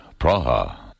Praha